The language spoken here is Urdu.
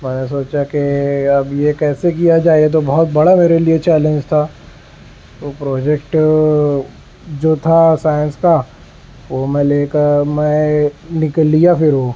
میں نے سوچا کہ اب یہ کیسے کیا جائے یہ تو بہت بڑا میرے لیے چیلینج تھا تو پروجیکٹ جو تھا سائنس کا وہ میں لے کر میں نکل لیا پھر وہ